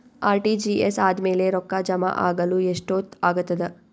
RTGS ಆದ್ಮೇಲೆ ರೊಕ್ಕ ಜಮಾ ಆಗಲು ಎಷ್ಟೊತ್ ಆಗತದ?